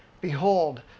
Behold